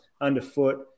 Underfoot